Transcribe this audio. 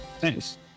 thanks